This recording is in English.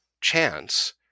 chance